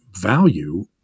value